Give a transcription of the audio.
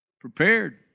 Prepared